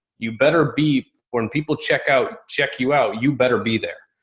you better be when people check out, check you out, you better be there.